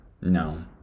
no